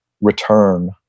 return